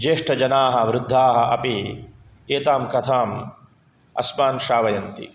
ज्येष्ठजनाः वृद्धाः अपि एतां कथाम् अस्मान् श्रावयन्ति